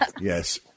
Yes